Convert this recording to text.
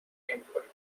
نمیکنید